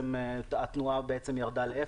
התנועה ירדה לאפס.